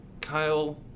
Kyle